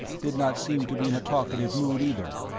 did not seem to be in a talkative mood either.